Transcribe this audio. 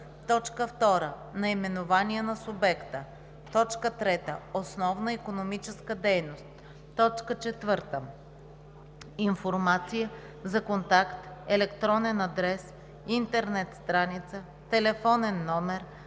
цел; 2. наименование на субекта; 3. основна икономическа дейност; 4. информация за контакт – електронен адрес, интернет страница, телефонен номер,